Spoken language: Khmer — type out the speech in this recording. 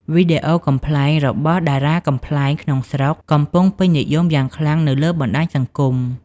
វីដេអូកំប្លែងរបស់តារាកំប្លែងក្នុងស្រុកកំពុងពេញនិយមយ៉ាងខ្លាំងនៅលើបណ្តាញសង្គម។